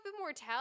immortality